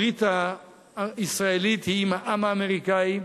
הברית הישראלית היא עם העם האמריקני,